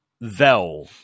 Vel